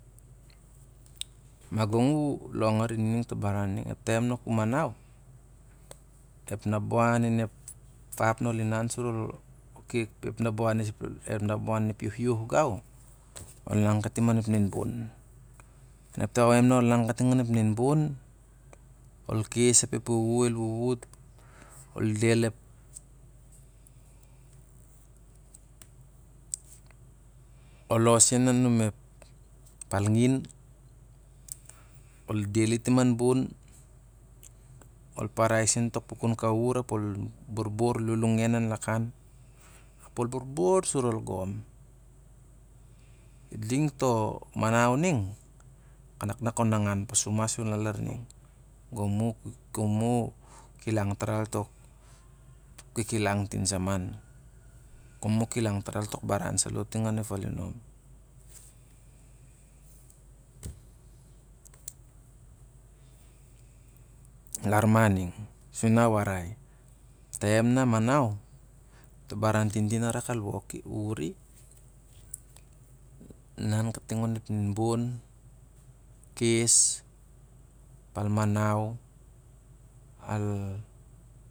Ma gong u long arin i ning to baran niag, ep taim na ka manace, ep nabawan inep ap na ol inan, kep ep naawan ia ep yuh yuh gau, inan katim anen ep nenbun. Ep taim na ol inan katung onep nen ban, ol kes ap ep wuwu el wuwut, ol deel ep, ol losen anum ep palngin ol deel i tim an ban, ol parai sen ta pukan kaur ap ol burbur, ol lalungen an lak an ap ol burbur sur ol gom. Idung to manau ning nak na kan nangan pasu masa ning nak gong ma u gang ma ukilang tar tok kik ilang tinsaman. Gong ma u kilang tar al tong baran sa lo ting onep falinom lar maning sur na a warai, ep taim na manau, to baran tin tin a rak al wur i inan kating onep nen bun, kes, ol manace.